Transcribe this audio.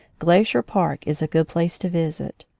glacier park is a good place to visit.